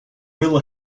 will